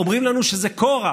אומרים לנו שזה כורח.